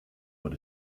but